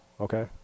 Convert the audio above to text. Okay